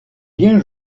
bien